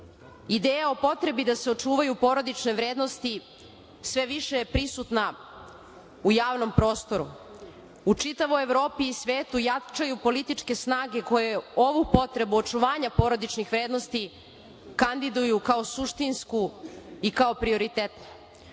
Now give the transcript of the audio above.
Ideja o potrebi da se očuvaju porodične vrednosti sve više je prisutna u javnom prostoru. U čitavoj Evropi i svetu jačaju političke snage koje ovu potrebu očuvanja porodičnih vrednosti kandiduju kao suštinsku i kao prioritetnu.U